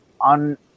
on